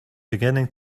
beginning